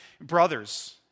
brothers